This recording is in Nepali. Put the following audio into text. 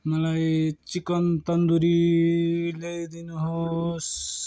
मलाई चिकन तन्दुरी ल्याइदिनुहोस्